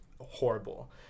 horrible